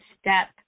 step